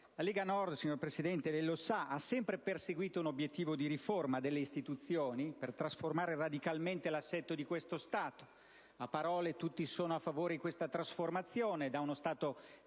La Lega Nord, - signor Presidente, lei lo sa - ha sempre perseguito un obiettivo di riforma delle istituzioni per trasformare radicalmente l'assetto di questo Stato; a parole sono tutti a favore di questa trasformazione: da uno Stato